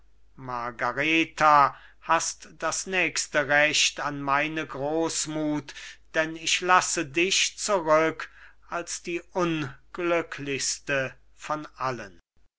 margareta hast das nächste recht an meine großmut denn ich lasse dich zurück als die unglücklichste von allen